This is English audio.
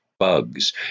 bugs